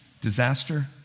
disaster